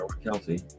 Kelsey